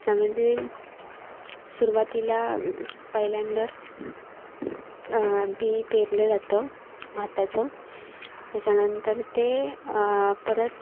त्यामदे सुरवातीला पहिल्यांदा बी पेरलं जातं भाताचं त्याच्यानंतर ते परत